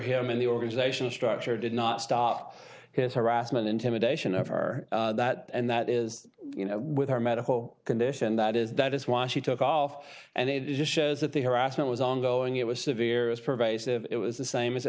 him in the organizational structure did not stop his harassment intimidation of her that and that is you know with her medical condition that is that is why she took off and it just shows that the harassment was ongoing it was severe is pervasive it was the same as it